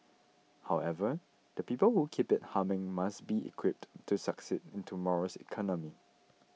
however the people who keep it humming must be equipped to succeed in tomorrow's economy